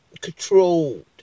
controlled